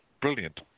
brilliant